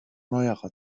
neuerer